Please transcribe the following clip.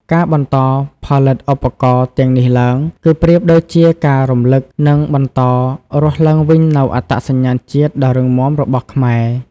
ការបន្តផលិតឧបករណ៍ទាំងនេះឡើង គឺប្រៀបដូចជាការរំលឹក និងបន្តរស់ឡើងវិញនូវអត្តសញ្ញាណជាតិដ៏រឹងមាំរបស់ខ្មែរ។